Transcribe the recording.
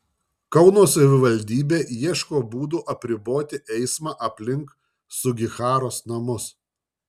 kauno savivaldybė ieško būdų apriboti eismą aplink sugiharos namus